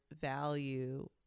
value